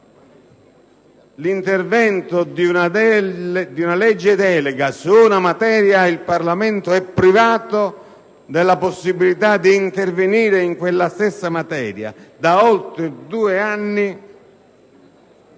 l'intervento di una legge delega su una materia, il Parlamento di fatto viene privato della possibilità di intervenire in quella stessa materia. Ebbene, da oltre due anni